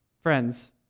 Friends